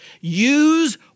Use